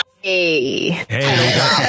Hey